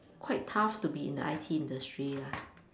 quite tough to be in the I_T industry lah